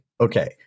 okay